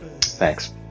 Thanks